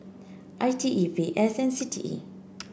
I T E V S and C T E